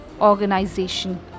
organization